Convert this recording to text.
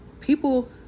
people